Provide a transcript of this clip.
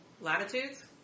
Latitudes